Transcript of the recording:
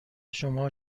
شما